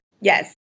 Yes